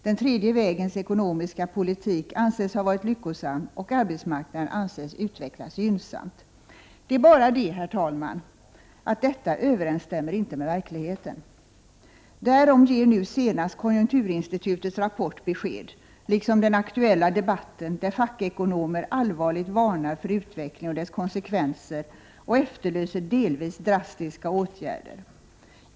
Den tredje vägens ekonomiska politik anses ha varit lyckosam och arbetsmarknaden anses utvecklas gynnsamt. Det är bara det, herr talman, att detta inte överensstämmer med verkligheten. Därom ger nu senast konjunkturinstitutets rapport besked, liksom den aktuella debatten, där fackekonomer allvarligt varnar för utvecklingen och dess konsekvenser och efterlyser delvis drastiska åtgärder.